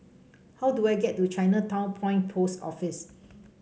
how do I get to Chinatown Point Post Office